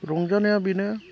रंजानाया बेनो